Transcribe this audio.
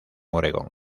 oregón